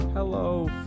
Hello